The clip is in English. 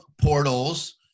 portals